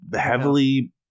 heavily –